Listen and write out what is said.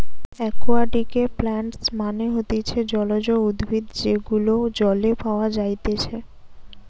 একুয়াটিকে প্লান্টস মানে হতিছে জলজ উদ্ভিদ যেগুলো জলে পাওয়া যাইতেছে